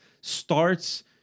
starts